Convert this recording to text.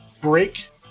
break